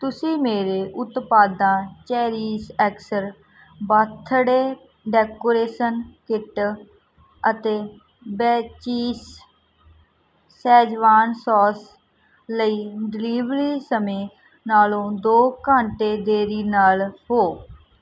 ਤੁਸੀਂ ਮੇਰੇ ਉਤਪਾਦਾਂ cherish X birthday decoration kit ਅਤੇ ਬਿਚੀਫ਼ ਸ਼ੈਜ਼ਵਾਨ ਸੌਸ ਲਈ ਡਿਲੀਵਰੀ ਸਮੇਂ ਨਾਲੋਂ ਦੋ ਘੰਟੇ ਦੇਰੀ ਨਾਲ ਹੋ